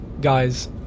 Guys